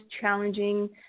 challenging